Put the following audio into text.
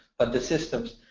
but the systems.